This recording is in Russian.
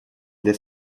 для